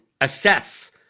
assess